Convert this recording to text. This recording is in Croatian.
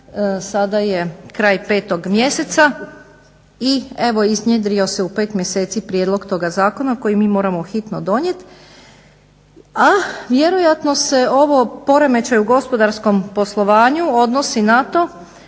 sada je kraj 5.mjeseca i evo iznjedrio se u 5 mjeseci prijedlog toga zakona koji mi moramo hitno donijeti. A vjerojatno se ovo poremećaji u gospodarskom poslovanju odnosi na to